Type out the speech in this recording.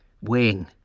Wing